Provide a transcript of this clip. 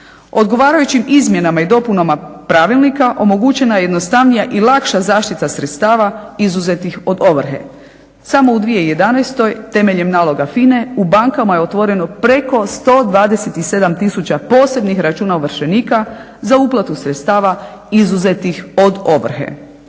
Odgovarajućim izmjenama i dopunama Pravilnika omogućena je jednostavnija i lakša zaštita sredstava izuzetih od ovrhe. Samo u 2011. temeljem naloga FINA-e u bankama je otvoreno preko 127000 posebnih računa ovršenika za uplatu sredstava izuzetih od ovrhe.